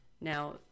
now